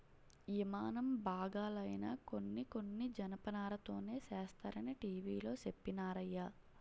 యిమానం బాగాలైనా కొన్ని కొన్ని జనపనారతోనే సేస్తరనీ టీ.వి లో చెప్పినారయ్య